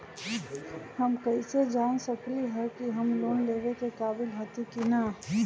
हम कईसे जान सकली ह कि हम लोन लेवे के काबिल हती कि न?